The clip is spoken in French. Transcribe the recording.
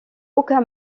aucun